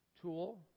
tool